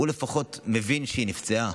הוא לפחות מבין שהיא נפצעה.